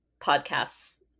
podcasts